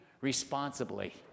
responsibly